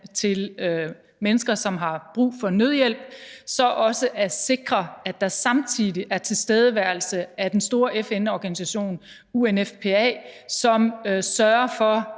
til mennesker, som har brug for nødhjælp, så også at sikre, at der samtidig er tilstedeværelse af den store FN-organisation UNFPA, som sørger for